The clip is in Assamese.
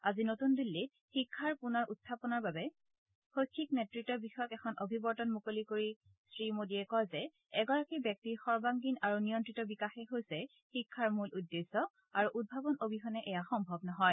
আজি নতুন দিল্লীত শিক্ষাৰ পুনৰ উখানৰ বাবে শৈক্ষিক নেতৃত্ব বিষয়ক এখন অভিৱৰ্তন মুকলি কৰি শ্ৰীমোদীয়ে কয় যে এগৰাকী ব্যক্তিৰ সৰ্বাংগীণ আৰু নিয়ন্ত্ৰিত বিকাশেই হৈছে শিক্ষাৰ মূল উদ্দেশ্য আৰু উদ্ভাৱন অবিহনে এয়া সম্ভৱ নহয়